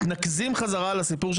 מתנקזים חזרה לסיפור של הרפורמה המשפטית.